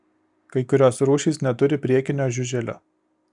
kai kurios rūšys neturi priekinio žiuželio